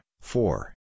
four